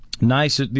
nice